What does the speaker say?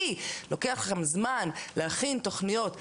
כי לוקח לכם זמן להכין תוכניות,